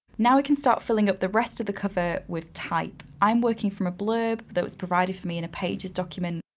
now we can start filling up the rest of cover with type. i'm working from a blurb that was provided for me in a pages documents.